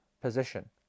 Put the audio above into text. position